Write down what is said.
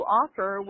offer